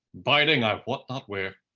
biding i wot not where.